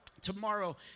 Tomorrow